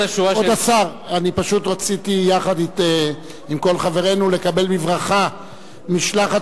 אני פשוט רציתי יחד עם כל חברינו לקבל בברכה משלחת